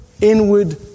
inward